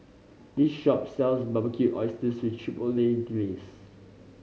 this shop sells Barbecued Oysters with Chipotle Glaze